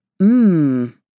Mmm